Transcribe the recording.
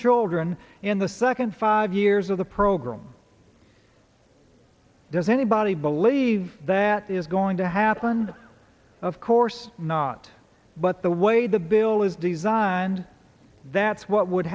children in the second five years of the program does anybody believe that is going to happen of course not but the way the bill is designed that's what would